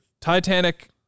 Titanic